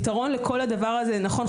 נכון,